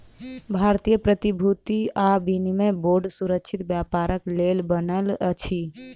भारतीय प्रतिभूति आ विनिमय बोर्ड सुरक्षित व्यापारक लेल बनल अछि